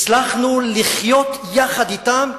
הצלחנו לחיות יחד אתם,